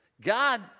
God